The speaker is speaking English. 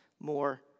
more